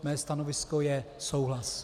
Mé stanovisko je souhlas.